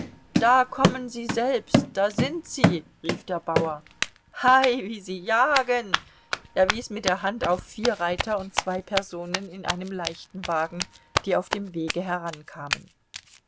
da kommen sie selbst da sind sie rief der bauer hei wie sie jagen er wies mit der hand auf vier reiter und zwei personen in einem leichten wagen die auf dem wege herankamen